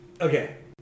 Okay